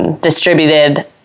distributed